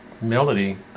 Melody